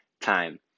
time